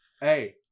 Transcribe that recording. Hey